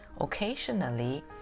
Occasionally